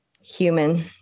human